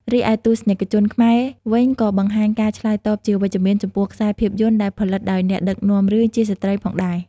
រីឯទស្សនិកជនខ្មែរវិញក៏បង្ហាញការឆ្លើយតបជាវិជ្ជមានចំពោះខ្សែភាពយន្តដែលផលិតដោយអ្នកដឹកនាំរឿងជាស្ត្រីផងដែរ។